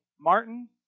Martin